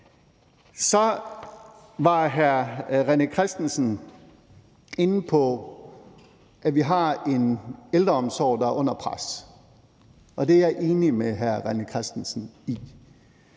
Så var hr. René Christensen inde på, at vi har en ældreomsorg, der er under pres, og det er jeg enig med hr. René Christensen i,